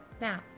Now